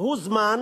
הוא זמן